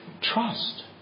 trust